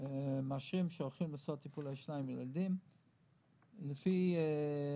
מאשרים שהולכים לעשות טיפולי שיניים לילדים וטיפול